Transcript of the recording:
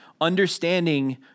understanding